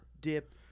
dip